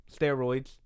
steroids